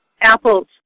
Apple's